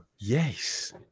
Yes